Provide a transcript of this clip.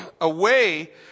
away